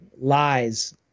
lies